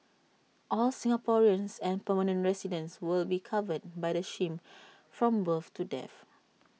all Singaporeans and permanent residents will be covered by the scheme from birth to death